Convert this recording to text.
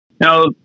Now